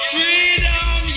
Freedom